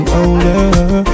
older